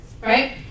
right